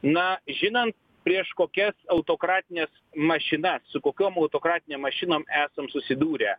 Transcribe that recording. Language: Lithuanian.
na žinant prieš kokias autokratines mašina su kokiom autokratinėm mašinom esam susidūrę